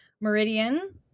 Meridian